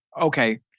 Okay